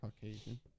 Caucasian